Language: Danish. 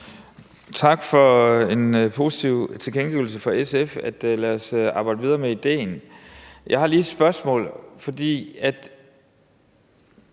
Tak for en positiv tilkendegivelse fra SF om, at vi kan arbejde videre med ideen. Jeg har lige et spørgsmål.